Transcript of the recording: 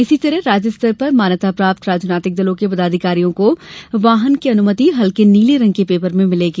इसी तरह राज्य स्तर पर मान्यता प्राप्त राजनैतिक दलों के पदाधिकारियों को वाहन की अनुमति हल्के नीले रंग के पेपर में मिलेगी